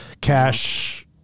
cash